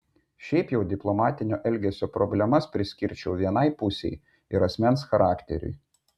šiaip jau diplomatinio elgesio problemas priskirčiau vienai pusei ir asmens charakteriui